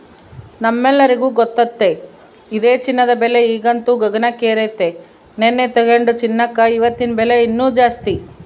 ನಮ್ಮೆಲ್ಲರಿಗೂ ಗೊತ್ತತೆ ಇದೆ ಚಿನ್ನದ ಬೆಲೆ ಈಗಂತೂ ಗಗನಕ್ಕೇರೆತೆ, ನೆನ್ನೆ ತೆಗೆದುಕೊಂಡ ಚಿನ್ನಕ ಇವತ್ತಿನ ಬೆಲೆ ಇನ್ನು ಜಾಸ್ತಿ